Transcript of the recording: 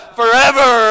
forever